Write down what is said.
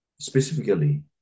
Specifically